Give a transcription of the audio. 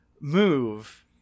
move